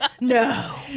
No